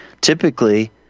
typically